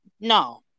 no